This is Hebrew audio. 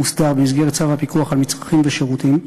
מוסדר במסגרת צו הפיקוח על מצרכים ושירותים.